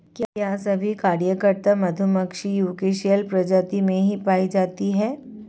क्या सभी कार्यकर्ता मधुमक्खियां यूकोसियल प्रजाति में ही पाई जाती हैं?